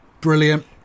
Brilliant